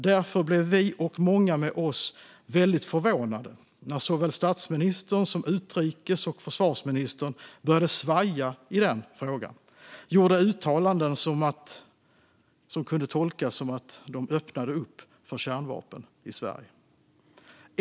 Därför blev vi och många med oss väldigt förvånade när såväl statsministern som utrikesministern och försvarsministern började svaja i den frågan och gjorde uttalanden som kunde tolkas som att de öppnade upp för kärnvapen i Sverige.